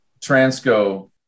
Transco